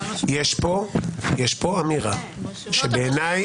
יש פה אמירה שבעיניי --- זאת המשמעות.